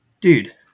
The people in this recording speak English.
dude